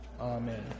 Amen